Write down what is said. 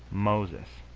moses.